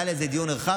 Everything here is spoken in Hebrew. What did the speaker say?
היה על זה דיון נרחב,